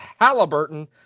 Halliburton